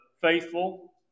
faithful